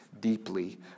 deeply